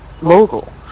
local